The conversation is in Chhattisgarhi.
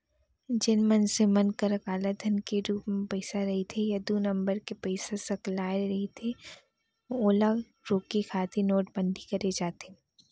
जेन मनसे मन करा कालाधन के रुप म पइसा रहिथे या दू नंबर के पइसा सकलाय रहिथे ओला रोके खातिर नोटबंदी करे जाथे